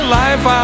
life